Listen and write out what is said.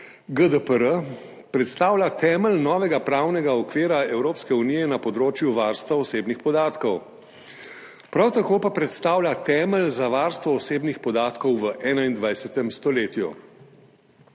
GDPR – predstavlja temelj novega pravnega okvira Evropske unije na področju varstva osebnih podatkov, prav tako pa predstavlja temelj za varstvo osebnih podatkov v 21. stoletju. Digitalna